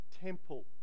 temple